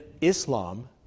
Islam